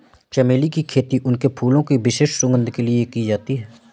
चमेली की खेती उनके फूलों की विशिष्ट सुगंध के लिए की जाती है